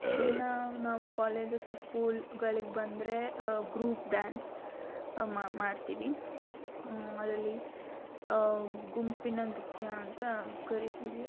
ಇನ್ನು ನಾವು ಕಾಲೇಜಸಸ್ ಸ್ಕೂಲ್ಗಳಿಗೆ ಬಂದರೆ ಗ್ರೂಪ್ ಡ್ಯಾನ್ಸ್ ಮಾಡ್ತೀವಿ ಅದರಲ್ಲಿ ಗುಂಪಿನ ನೃತ್ಯ ಅಂತ ಕರಿತೀವಿ